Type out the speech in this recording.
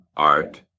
art